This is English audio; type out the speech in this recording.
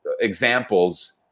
examples